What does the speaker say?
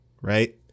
right